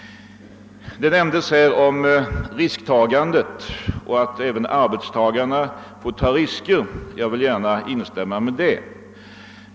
Det talades om risktagandet och framhölls att även arbetstagarna får ta risker, och jag vill gärna instämma i detta.